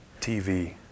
TV